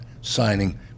signing